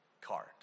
card